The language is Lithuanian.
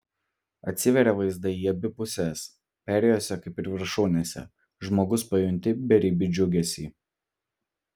atsiveria vaizdai į abi puses perėjose kaip ir viršūnėse žmogus pajunti beribį džiugesį